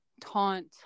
taunt